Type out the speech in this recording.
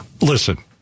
Listen